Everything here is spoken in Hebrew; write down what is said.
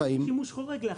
אתה